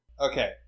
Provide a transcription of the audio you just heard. Okay